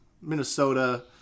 Minnesota